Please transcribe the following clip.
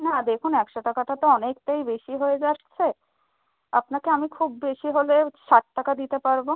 না দেখুন একশো টাকাটা তো অনেকটাই বেশি হয়ে যাচ্ছে আপনাকে আমি খুব বেশি হলে ষাট টাকা দিতে পারব